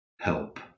help